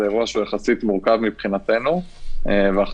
זה אירוע שהוא יחסית מורכב מבחינתנו ואנחנו